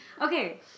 Okay